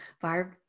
Barb